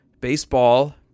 baseball